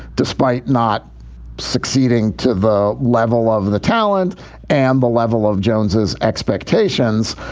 despite not succeeding to the level of the talent and the level of jones's expectations.